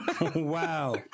Wow